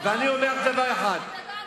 ואני יודעת כמה חשוב לך,